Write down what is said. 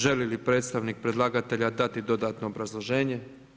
Želi li predstavnik predlagatelja dati dodatno obrazloženje?